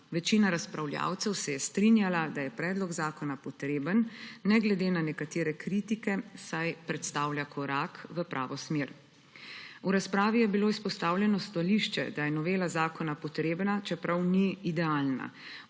Večina razpravljavcev se je strinjala, da je predlog zakona potreben ne glede na nekatere kritike, saj predstavlja korak v pravo smer. V razpravi je bilo izpostavljeno stališče, da je novela zakona potrebna, čeprav ni idealna.